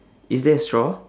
is there a straw